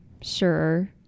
sure